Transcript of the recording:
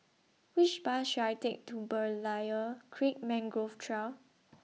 Which Bus should I Take to Berlayer Creek Mangrove Trail